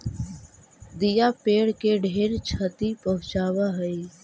दियाँ पेड़ के ढेर छति पहुंचाब हई